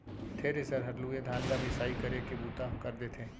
thresher हर लूए धान ल मिसाई करे के बूता कर देथे